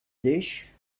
dish